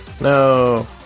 No